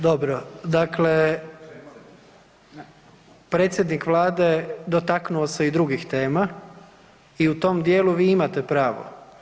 Dobro, dakle predsjednik Vlade dotaknuo se i drugih tema i u tom dijelu vi imate pravo.